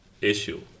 issue